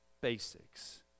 basics